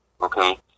Okay